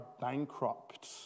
bankrupt